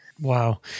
Wow